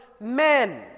men